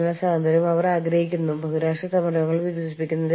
എങ്ങനെയാണ് ഈ പ്രാദേശിക യൂണിയൻ പരിതസ്ഥിതികൾ സംഘടിപ്പിക്കുന്നത്